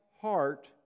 heart